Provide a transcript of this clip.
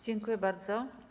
Dziękuję bardzo.